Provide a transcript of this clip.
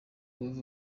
love